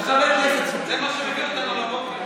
זה מה שמביא אותנו לבוקר.